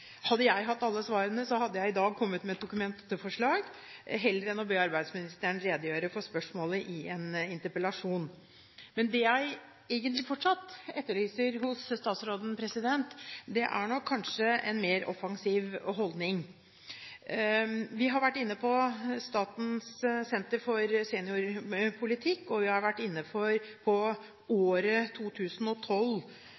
Hadde jeg hatt alle svarene, hadde jeg i dag kommet med et Dokument 8-forslag, heller enn å be arbeidsministeren redegjøre for spørsmålet i en interpellasjon. Men det jeg fortsatt etterlyser hos statsråden, er nok kanskje en mer offensiv holdning. Vi har vært inne på Senter for seniorpolitikk, og vi har vært inne på at 2012 er året for